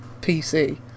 PC